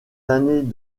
années